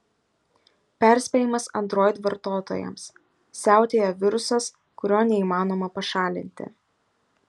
perspėjimas android vartotojams siautėja virusas kurio neįmanoma pašalinti